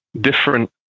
different